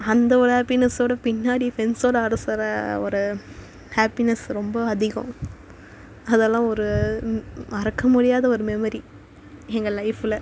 அந்த ஒரு ஹேப்பினஸோட பின்னாடி ஃப்ரெண்ட்ஸோட ஆட சொல்ல ஒரு ஹேப்பினஸ் ரொம்ப அதிகம் அதெல்லாம் ஒரு மறக்க முடியாத ஒரு மெமரி எங்கள் லைஃப்பில்